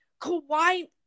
Kawhi